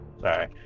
sorry